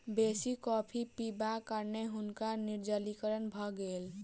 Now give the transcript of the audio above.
बेसी कॉफ़ी पिबाक कारणें हुनका निर्जलीकरण भ गेल